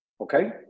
Okay